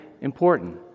important